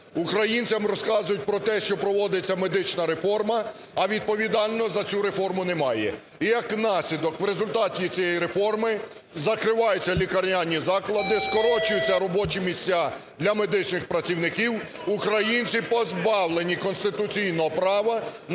українцям розказують про те, що проводиться медична реформа, а відповідального за цю реформу немає. І, як наслідок, в результаті цієї реформи закриваються лікарняні заклади, скорочуються робочі місця для медичних працівників. Українці позбавлені конституційного права на